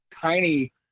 tiny